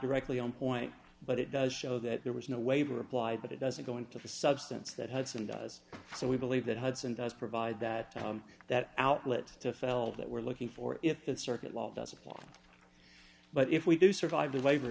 directly on point but it does show that there was no waiver applied but it doesn't go into the substance that has and does so we believe that hudson does provide that that outlet to fell that we're looking for if that circuit law doesn't apply but if we do survive the waiver